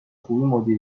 خوبی